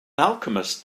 alchemist